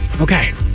Okay